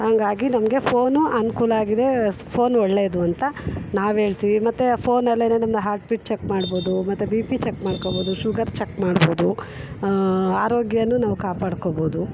ಹಂಗಾಗಿ ನಮಗೆ ಫೋನು ಅನುಕೂಲ ಆಗಿದೆ ಫೋನ್ ಒಳ್ಳೆಯದು ಅಂತ ನಾವು ಹೇಳ್ತೀವಿ ಮತ್ತು ಆ ಫೋನಲ್ಲಿ ಏನೋ ನಿಮ್ಮದು ಹಾರ್ಟ್ಬೀಟ್ ಚೆಕ್ ಮಾಡ್ಬೋದು ಮತ್ತು ಬಿ ಪಿ ಚೆಕ್ ಮಾಡ್ಕೊಬೋದು ಶುಗರ್ ಚೆಕ್ ಮಾಡ್ಬೋದು ಆರೋಗ್ಯವೂ ನಾವು ಕಾಪಾಡ್ಕೊಬೋದು